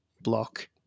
block